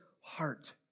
heart